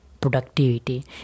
productivity